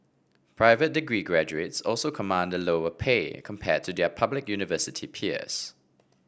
private degree graduates also command a lower pay compared to their public university peers